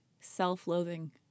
self-loathing